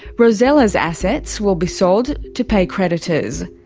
rosella's assets will be sold to pay creditors.